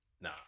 Nah